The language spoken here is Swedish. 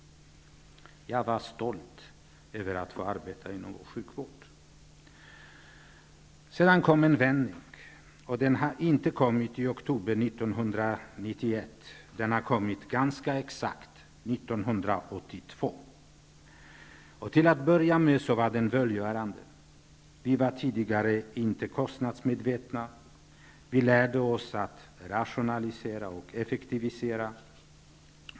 Jag var stolt över att få arbeta inom vår sjukvård. Sedan kom en vändning. Den har inte kommit i oktober 1991. Den kom ganska exakt 1982. Till att börja med var den välgörande. Vi var tidigare inte kostnadsmedvetna. Vi lärde oss att rationalisera och effektivisera.